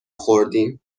خوردیم